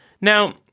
Now